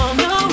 no